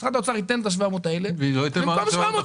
משרד האוצר ייתן את ה-700 מיליון שקל האלה,